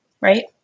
right